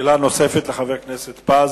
שאלה נוספת לחבר הכנסת פינס-פז.